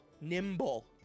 nimble